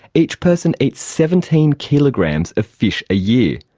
each person eats seventeen kilograms of fish a year,